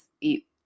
eat